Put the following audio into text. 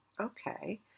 okay